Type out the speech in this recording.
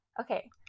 Okay